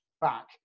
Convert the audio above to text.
back